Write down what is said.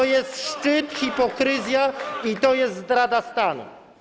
To jest szczyt hipokryzji i to jest zdrada stanu.